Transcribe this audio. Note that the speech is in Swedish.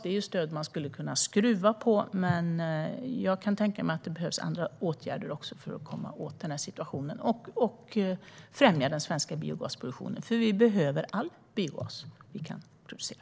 Detta är stöd man skulle kunna skruva på, men jag kan tänka mig att det också behövs andra åtgärder för att komma åt denna situation och främja den svenska biogasproduktionen. Vi behöver all biogas vi kan producera.